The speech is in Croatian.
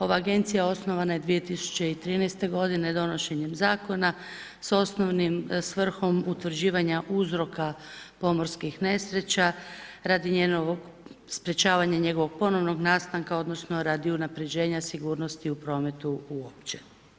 Ova agencija osnovana je 2013. godine donešenjem zakona s osnovnom svrhom utvrđivanja uzroka pomorskih nesreća radi sprečavanja njegovog ponovnog nastanka, odnosno radi unapređenja sigurnosti u prometu uopće.